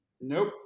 Nope